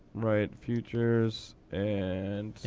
right. futures and yeah,